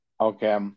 Okay